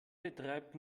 betreibt